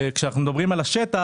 כשאנחנו מדברים על השטח,